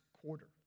quarter